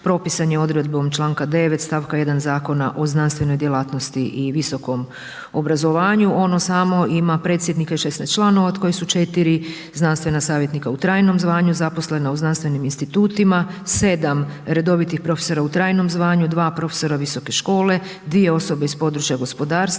propisan je odredbom čl. 9. stavka 1. Zakona o znanstvenoj djelatnosti i visokom obrazovanju. Ono samo ima predsjednika i 16 članova od kojih su 4 znanstvena savjetnika u trajnom zvanju zaposlena u znanstvenim institutima, 7 redovitih profesora u trajnom zvanju, 2 profesora visoke škole, 2 osobe iz područja gospodarstva